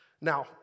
Now